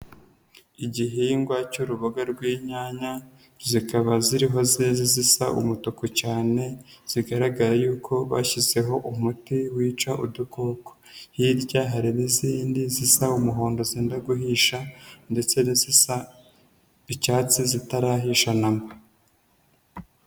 Igihingwa cy'uruboga rw'inyanya zikaba ziriho zeze zisa umutuku cyane zigaragara yuko bashyizeho umuti wica udukoko, hirya hari n'izindi zisa umuhondo zenda guhisha ndetse n'izisa icyatsi zitarahisha na mba.